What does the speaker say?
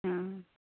हँ